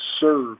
serve